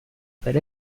per